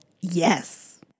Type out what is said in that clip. yes